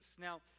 Now